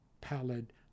pallid